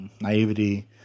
naivety